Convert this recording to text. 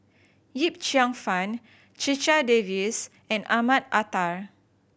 Yip Cheong Fun Checha Davies and Ahmad Mattar